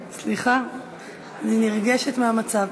אני נרגשת מהמצב.